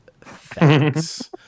Thanks